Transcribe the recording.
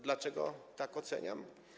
Dlaczego tak to oceniam?